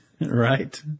right